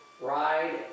ride